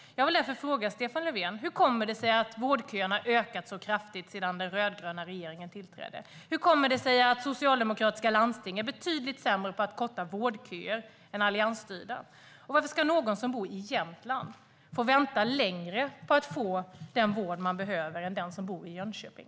Jag vill därför fråga Stefan Löfven: Hur kommer det sig att vårdköerna har ökat så kraftigt sedan den rödgröna regeringen tillträdde? Hur kommer det sig att socialdemokratiska landsting är betydligt sämre på att korta vårdköer än alliansstyrda? Och varför ska de som bor i Jämtland få vänta längre på att få den vård de behöver än de som bor i Jönköping?